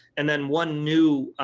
and then one new